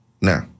Now